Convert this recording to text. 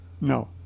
No